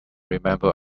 remember